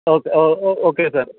okay okay sir